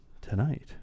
tonight